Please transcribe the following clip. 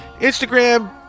instagram